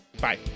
bye